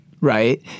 right